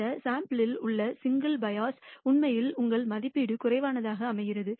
இந்த சாம்பிள் யில் உள்ள சிங்கிள் பயாஸ் உண்மையில் உங்கள் மதிப்பீடு குறைவானதாக அமைகிறது